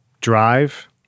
drive